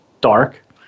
dark